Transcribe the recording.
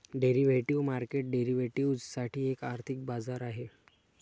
derivative market derivatives साठी एक आर्थिक बाजार आहे